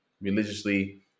religiously